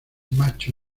macho